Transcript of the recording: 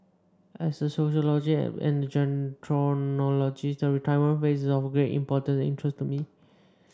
as a sociologist and a gerontologist the retirement phase is of great importance and interest to me